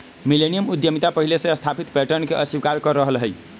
millennium उद्यमिता पहिले से स्थापित पैटर्न के अस्वीकार कर रहल हइ